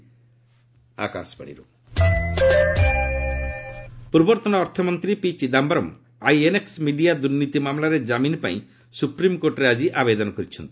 SC Chidambaram ପୂର୍ବତନ ଅର୍ଥମନ୍ତ୍ରୀ P Chidambaram INX media ଦୁର୍ନୀତି ମାମଲାରେ କାମିନ୍ ପାଇଁ ସୁପ୍ରିମ୍କୋର୍ଟରେ ଆଜି ଆବେଦନ କରିଛନ୍ତି